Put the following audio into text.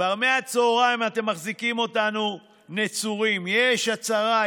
כבר מהצוהריים אתם מחזיקים אותנו נצורים: יש הצהרה,